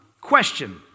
Question